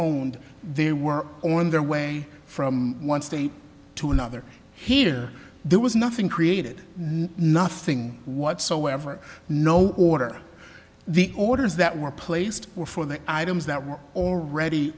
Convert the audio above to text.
owned they were on their way from one state to another here there was nothing created nothing whatsoever no order the orders that were placed were for the items that were already